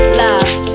love